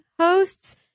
hosts